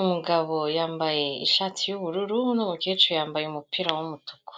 umugabo yambaye ishati y'ubururu, n'umukecuru yambaye umupira w'umutuku.